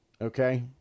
okay